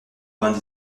vingt